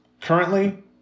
Currently